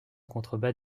contrebas